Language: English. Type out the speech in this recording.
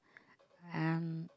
uh